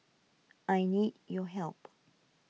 I need your help